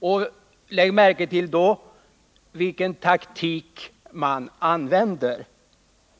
Och lägg märke till vilken taktik man använder!